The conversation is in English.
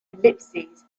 ellipses